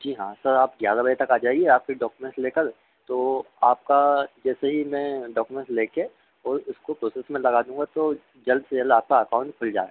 जी हाँ सर आप ग्यारह बजे तक आ जाइए आपके डॉकुमेंस लेकर तो आपका जैसे ही मैं डॉकुमेंस लेकर और इसको प्रोसेस में लगा दूँगा तो जल्द से जल्द आपका अकाउंट खुल जाएगा